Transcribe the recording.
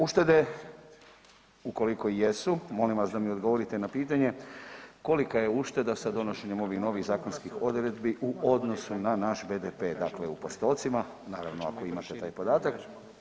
Uštede ukoliko i jesu, molim vas da mi odgovorite na pitanje kolika je ušteda sa donošenjem ovih novih zakonskih odredbi u odnosu na naš BDP, dakle u postocima, naravno ako imate taj podatak?